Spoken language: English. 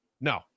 no